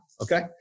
okay